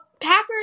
packers